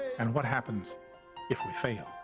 and what happens if we fail?